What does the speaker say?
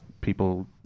people